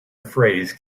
phrase